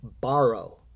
borrow